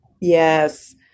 Yes